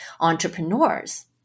entrepreneurs